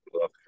love